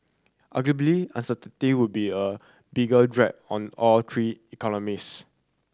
arguably uncertainty would be a bigger drag on all three economies